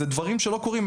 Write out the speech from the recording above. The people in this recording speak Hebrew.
אלה דברים שלא קורים,